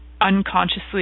unconsciously